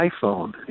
iPhone